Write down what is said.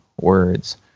words